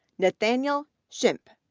nathaniel shrim,